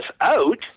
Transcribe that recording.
out